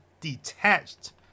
detached